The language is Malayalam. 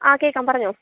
ആ കേൾക്കാം പറഞ്ഞോ